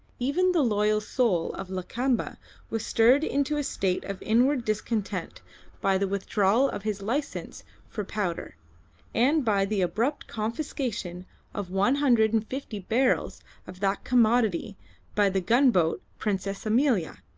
even the loyal soul of lakamba was stirred into a state of inward discontent by the withdrawal of his license for powder and by the abrupt confiscation of one hundred and fifty barrels of that commodity by the gunboat princess amelia,